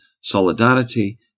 solidarity